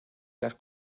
las